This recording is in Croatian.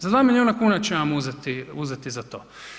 Za 2 milijuna kuna će vam uzeti za to.